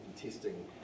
testing